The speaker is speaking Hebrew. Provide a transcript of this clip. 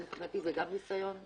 שמבחינתי זה גם ניסיון.